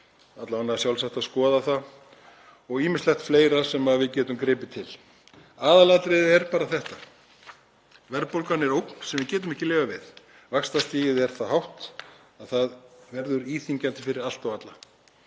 Alla vega er sjálfsagt að skoða það og ýmislegt fleira sem við getum gripið til. Aðalatriðið er bara þetta: Verðbólgan er ógn sem við getum ekki lifað við. Vaxtastigið er það hátt að það verður íþyngjandi fyrir allt og alla.